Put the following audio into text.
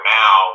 now